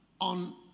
On